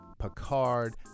Picard